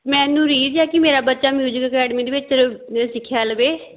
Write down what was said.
ਮੈਨੂੰ ਰੀਝ ਹੈ ਕਿ ਮੇਰਾ ਬੱਚਾ ਮਿਊਜ਼ਿਕ ਅਕੈਡਮੀ ਦੇ ਵਿੱਚ ਵੇ ਸਿੱਖਿਆ ਲਵੇ